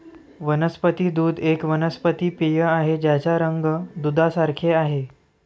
वनस्पती दूध एक वनस्पती पेय आहे ज्याचा रंग दुधासारखे आहे